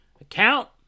account